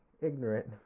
ignorant